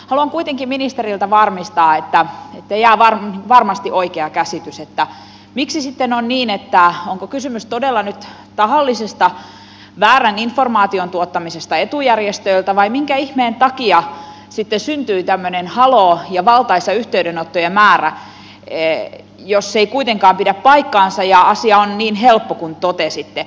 haluan kuitenkin ministeriltä varmistaa että jää varmasti oikea käsitys onko kysymys todella nyt tahallisesta väärän informaation tuottamisesta etujärjestöiltä vai minkä ihmeen takia sitten syntyi tämmöinen haloo ja valtaisa yhteydenottojen määrä jos se ei kuitenkaan pidä paikkaansa ja asia on niin helppo kuin totesitte